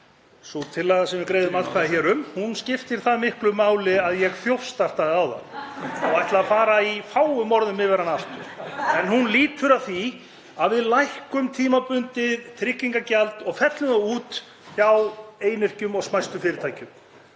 Sú tillaga sem við greiðum atkvæði um hér skiptir það miklu máli að ég þjófstartaði áðan [Hlátur í þingsal.] og ætla að fara í fáum orðum yfir hana aftur en hún lýtur að því að við lækkum tímabundið tryggingagjald og fellum það út hjá einyrkjum og smæstu fyrirtækjum.